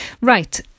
Right